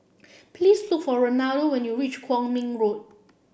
please look for Ronaldo when you reach Kwong Min Road